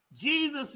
Jesus